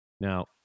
Now